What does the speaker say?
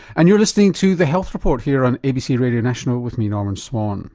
and you're listening to the health report here on abc radio national with me norman swan.